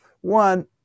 one